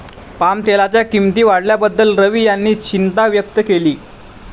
पामतेलाच्या किंमती वाढल्याबद्दल रवी यांनी चिंता व्यक्त केली